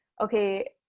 okay